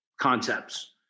concepts